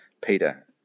Peter